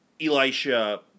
Elisha